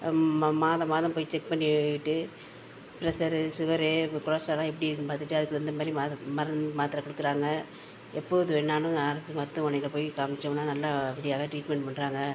மா மாதம் மாதம் போய் செக் பண்ணியிட்டு ப்ரெஸரு ஷுகரு கொலஸ்ட்ரால்லாம் எப்படி இருக்குன்னு பார்த்துட்டு அதுக்கு தகுந்த மாதிரி மாது மருந் மாத்திரை கொடுக்கறாங்க எப்போது வேணாலும் அரசு மருத்துவமனையில போய் காம்ச்சோன்னா நல்லா விடியகாலை ட்ரீட்மெண்ட் பண்ணுறாங்க